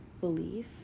belief